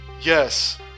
Yes